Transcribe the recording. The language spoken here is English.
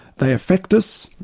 they affect us,